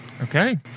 Okay